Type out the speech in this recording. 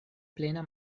plena